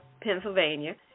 Pennsylvania